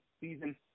season